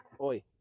Oi